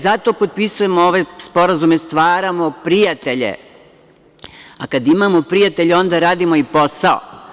Zato potpisujemo ove sporazume, stvaramo prijatelje, a kada imamo prijatelje onda radimo i posao.